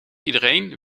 iedereen